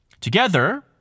Together